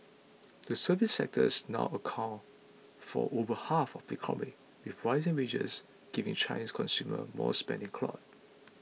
the services sectors now accounts for over half of the economy with rising wages giving Chinese consumer more spending clout